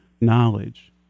knowledge